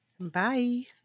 Bye